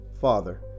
Father